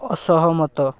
ଅସହମତ